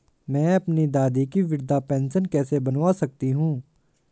मैं अपनी दादी की वृद्ध पेंशन कैसे बनवा सकता हूँ?